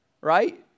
right